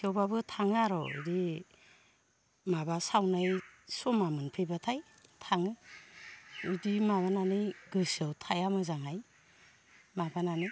थेवब्लाबो थाङो आर' इदि माबा सावनाय समा मोनफैब्लाथाय थाङो बिदि माबानानै गोसोआव थाया मोजाङै माबानानै